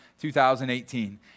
2018